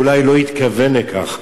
אולי לא התכוון לכך,